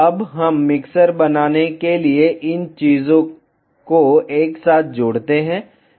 अब हम मिक्सर बनाने के लिए इस चीजों को एक साथ जोड़ते हैं